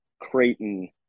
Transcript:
Creighton